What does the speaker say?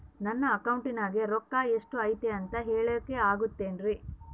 ನನ್ನ ಅಕೌಂಟಿನ್ಯಾಗ ರೊಕ್ಕ ಎಷ್ಟು ಐತಿ ಅಂತ ಹೇಳಕ ಆಗುತ್ತೆನ್ರಿ?